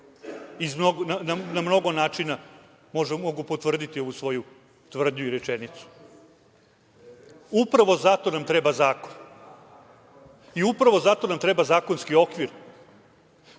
Na mnogo načina mogu potvrditi ovu svoju tvrdnju i rečenicu. Upravo zato nam treba zakon. Upravo zato nam treba zakonski okvir.